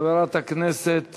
חברת הכנסת